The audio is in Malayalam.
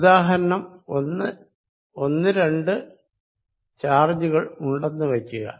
ഉദാഹരണം ഒന്ന് രണ്ടു ചാർജുകൾ ഉണ്ടെന്ന് വയ്ക്കുക